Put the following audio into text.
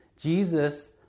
Jesus